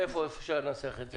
איפה אפשר לנסח את זה?